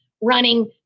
running